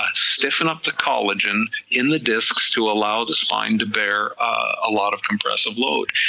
ah stiffen up the collagen in the discs to allow the spine to bear a lot of compressive load,